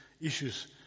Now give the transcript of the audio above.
issues